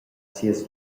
sias